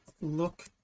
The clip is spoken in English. look